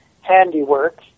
handiwork